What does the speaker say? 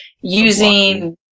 using